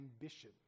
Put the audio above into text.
ambition